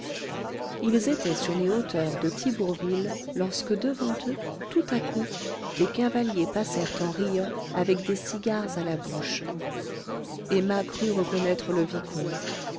ils étaient sur les hauteurs de thibourville lorsque devant eux tout à coup des cavaliers passèrent en riant avec des cigares à la bouche emma crut reconnaître le vicomte